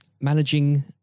managing